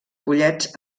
pollets